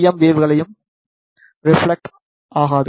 M வேவ்களையும் reflect ஆகாது